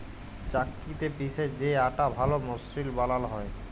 চাক্কিতে পিসে যে আটা ভাল মসৃল বালাল হ্যয়